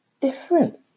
different